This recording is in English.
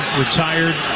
retired